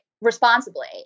responsibly